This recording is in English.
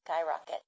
skyrocket